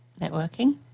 networking